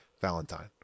Valentine